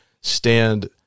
stand